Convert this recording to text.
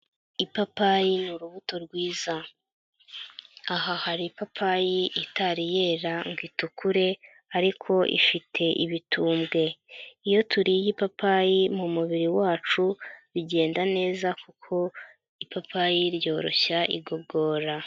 Ipapayi ni urubuto rwiza, aha hari ipapayi itari yera ngo itukure ariko ifite ibitumbwe, iyo turiye ipapayi mu mubiri wacu bigenda neza kuko ipapayi ryoroshya igogora.